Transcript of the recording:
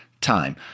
time